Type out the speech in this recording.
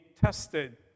tested